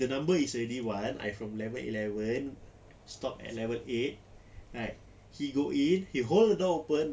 the number is already one I from level eleven stop at level eight right he go in he hold the door open